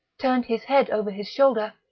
turned his head over his shoulder,